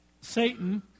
Satan